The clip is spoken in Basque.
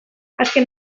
azken